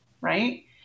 right